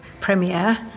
premiere